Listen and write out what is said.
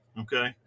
Okay